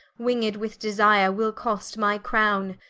winged with desire, will cost my crowne,